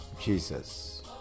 Jesus